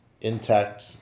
intact